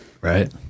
Right